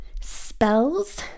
spells